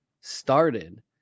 started